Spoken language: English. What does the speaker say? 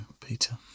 Peter